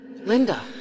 Linda